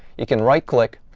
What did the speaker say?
you can right click,